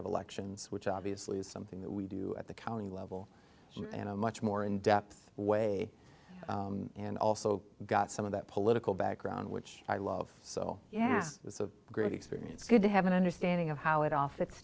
of elections which obviously is something that we do at the county level in a much more in depth way and also got some of that political background which i love so yes it's a great experience good to have an understanding of how it off